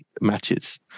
matches